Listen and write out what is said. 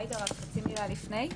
עאידה, רק חצי מילה לפני.